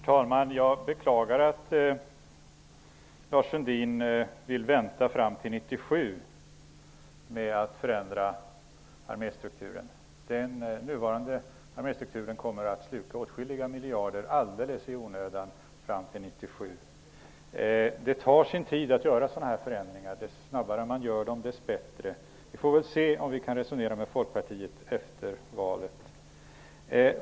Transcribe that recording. Herr talman! Jag beklagar att Lars Sundin vill vänta fram till 1997 med att förändra arméstrukturen. Den nuvarande arméstrukturen kommer att sluka åtskilliga miljarder fram till 1997 helt i onödan. Det tar sin tid att genomföra sådana här förändringar. Ju snabbare man gör dem, desto bättre. Vi får väl se om vi kan resonera med Folkpartiet efter valet.